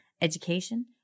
education